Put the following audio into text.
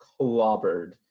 clobbered